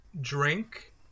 drink